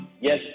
Yes